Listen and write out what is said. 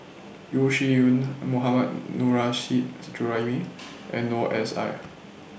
Yeo Shih Yun Mohammad Nurrasyid Juraimi and Noor S I